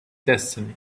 destiny